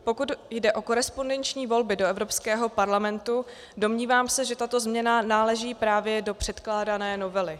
Pokud jde o korespondenční volby do Evropského parlamentu, domnívám se, že tato změna náleží právě do předkládané novely.